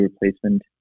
replacement